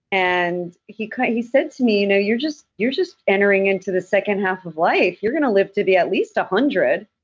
and he he said to me, you know you're just you're just entering into the second half of life. you're going to live to be at least one hundred.